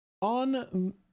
on